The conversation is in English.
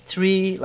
Three